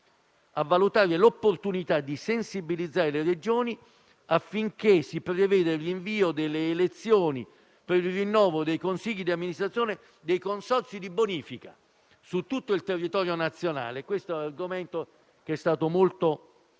a valutare l'opportunità di sensibilizzare le Regioni affinché si preveda il rinvio delle elezioni per il rinnovo dei consigli di amministrazione dei consorzi di bonifica su tutto il territorio nazionale (argomento, questo, sensibilizzato